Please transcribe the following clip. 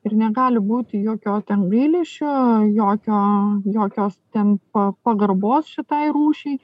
ir negali būti jokio ten gailesčio jokio jokios ten pa pagarbos šitai rūšiai